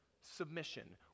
submission